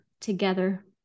together